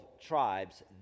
tribes